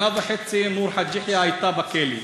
שנה וחצי נור חאג' יחיא הייתה בכלא,